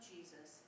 Jesus